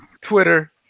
Twitter